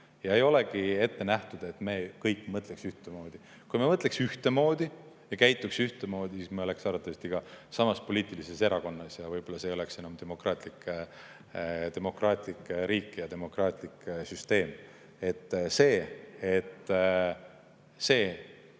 Ei olegi ette nähtud, et me kõik mõtleksime ühtemoodi. Kui me mõtleksime ühtemoodi ja käituksime ühtemoodi, siis me oleksime arvatavasti samas poliitilises erakonnas, aga võib-olla see ei oleks enam demokraatlik riik ja demokraatlik süsteem. See, et ma